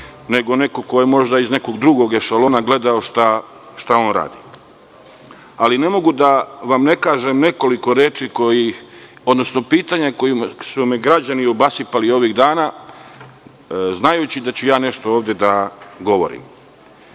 nego neko ko je možda iz nekog drugog ešalona gledao šta on radi. Ne mogu a da vam ne kažem nekoliko reči, odnosno pitanja kojima su me građani obasipali ovih dana, znajući da ću ja nešto ovde da govorim. Recimo,